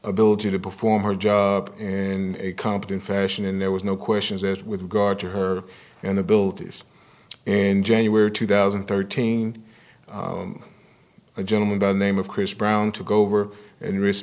ability to perform her job and a competent fashion and there was no questions asked with regard to her and abilities and january two thousand and thirteen a gentleman by the name of chris brown took over and r